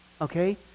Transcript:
Okay